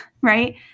right